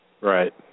Right